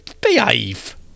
behave